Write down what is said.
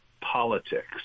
politics